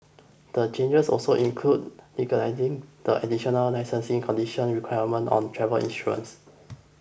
the changes also include legalising the additional licensing condition requirement on travel insurance